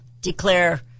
declare